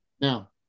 Now